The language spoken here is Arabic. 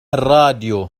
الراديو